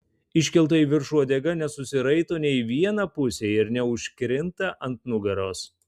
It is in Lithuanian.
iškelta į viršų uodega nesusiraito nė į vieną pusę ir neužkrinta ant nugaros